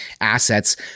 assets